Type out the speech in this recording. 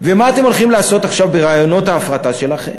ומה אתם הולכים לעשות עכשיו ברעיונות ההפרטה שלכם?